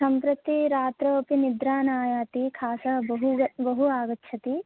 सम्प्रति रात्रौ अपि निद्रा न आयाति खास बहु बहु आगच्छति